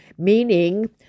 meaning